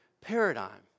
paradigm